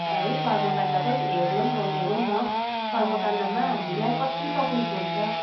है कर्मकाण्डकै हेरौँ हेरौँ न कर्मकाण्डमा हामीलाई कति तक्लिफ हुन्छ